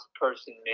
person